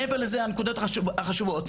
מעבר לזה הנקודות החשובות,